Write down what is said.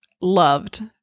loved